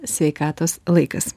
sveikatos laikas